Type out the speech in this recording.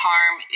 Harm